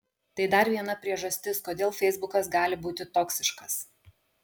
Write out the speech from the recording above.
tai dar viena priežastis kodėl feisbukas gali būti toksiškas